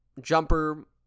Jumper